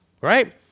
right